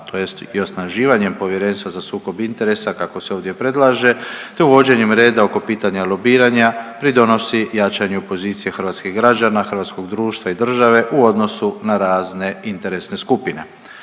tj. i osnaživanjem Povjerenstva za sukob interesa kako se ovdje predlaže, te uvođenjem reda oko pitanja lobiranja pridonosi jačanju pozicije hrvatskih građana, hrvatskog društva i države u odnosu na razne interesne skupine.